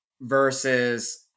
versus